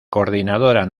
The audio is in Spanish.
coordinadora